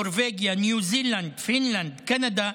נורבגיה, ניו זילנד, פינלנד, קנדה,